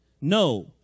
no